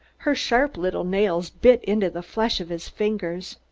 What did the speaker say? her sharp little nails bit into the flesh of his fingers.